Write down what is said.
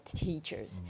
teachers